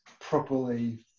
properly